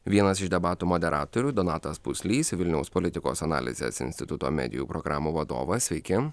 vienas iš debatų moderatorių donatas puslys vilniaus politikos analizės instituto medijų programų vadovas sveiki